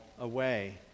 away